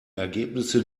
ergebnisse